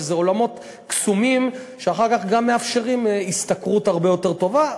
שזה עולמות קסומים שאחר כך גם מאפשרים השתכרות הרבה יותר טובה.